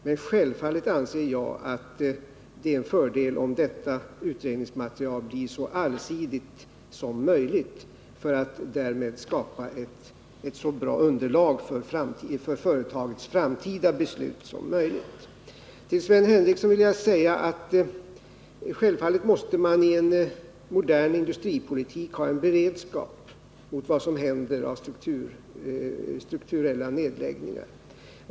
Men självfallet anser jag att det är en fördel om detta utredningsmaterial blir så allsidigt som möjligt för att man därmed skall kunna skapa ett bra underlag för företagets framtida beslut. Till Sven Henricsson vill jag säga att självfallet måste man i en modern industripolitik ha en beredskap mot vad som händer i fråga om strukturella nedläggningar.